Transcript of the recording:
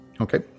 Okay